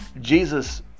Jesus